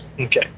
okay